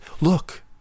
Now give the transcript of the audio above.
Look